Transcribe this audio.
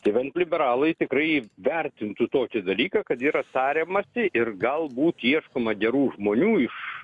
tai bent liberalai tikrai vertintų tokį dalyką kad yra tariamasi ir galbūt ieškoma gerų žmonių iš